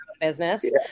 business